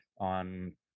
on